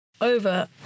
over